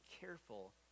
careful